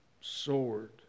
sword